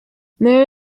there